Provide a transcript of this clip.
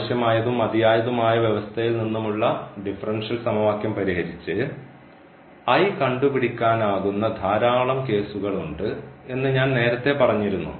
ആവശ്യമായതും മതിയായതുമായ വ്യവസ്ഥയിൽ നിന്നുമുള്ള ഡിഫറൻഷ്യൽ സമവാക്യം പരിഹരിച്ച് കണ്ടുപിടിക്കാനാകുന്ന ധാരാളം കേസുകൾ ഉണ്ട് എന്ന് ഞാൻ നേരത്തെ പറഞ്ഞിരുന്നു